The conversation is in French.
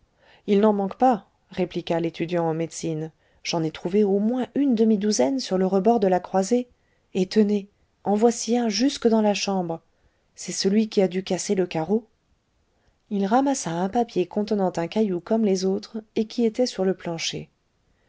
il n'en manque pas répliqua l'étudiant en médecine j'en ai trouvé au moins une demi-douzaine sur le rebord de la croisée et tenez en voici un jusque dans la chambre c'est celui qui a dû casser le carreau il ramassa un papier contenant un caillou comme les autres et qui était sur le plancher